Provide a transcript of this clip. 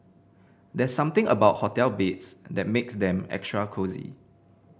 there's something about hotel beds that makes them extra cosy